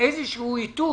איזה איתות